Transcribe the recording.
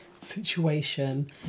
situation